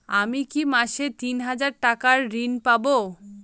আমি কি মাসে তিন হাজার টাকার ঋণ পাবো?